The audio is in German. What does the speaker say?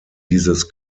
dieses